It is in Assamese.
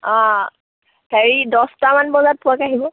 অঁ হেৰি দছটামান বজাত পোৱাকৈ আহিব